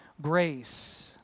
Grace